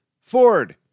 Ford